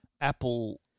Apple